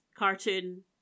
cartoon